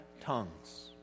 tongues